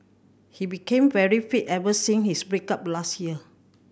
he became very fit ever since his break up last year